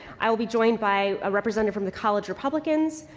i will be joined by a representative from the college republicans,